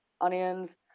onions